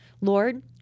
Lord